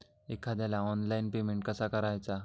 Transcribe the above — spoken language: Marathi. एखाद्याला ऑनलाइन पेमेंट कसा करायचा?